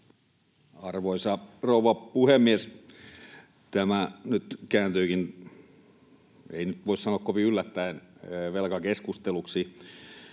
Arvoisa rouva puhemies! Tämä nyt kääntyikin, ei nyt voi sanoa kovin yllättäen, velkakeskusteluksi.